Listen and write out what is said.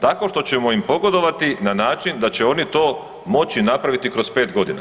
Tako što ćemo im pogodovati na način da će oni to moći napraviti kroz 5 godina.